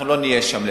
לצערי לא נהיה שם.